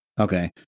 Okay